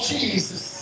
Jesus